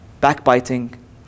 backbiting